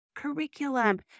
curriculum